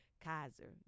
Kaiser